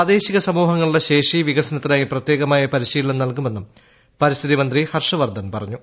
പ്രാദേശിക സമൂഹങ്ങളുടെ ശേഷി വികസനത്തിനായി പ്രത്യേകമായ പരിശീലനം നൽകുമെന്നും പരിസ്ഥിതി മന്ത്രി ഹർഷ് വർദ്ധൻ പറഞ്ഞു